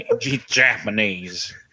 Japanese